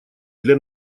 для